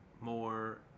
more